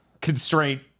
constraint